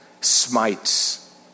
smites